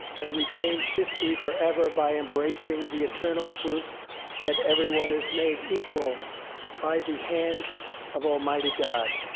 and we changed history forever by embracing the eternal truth that everyone is made equal by the hand of almighty god.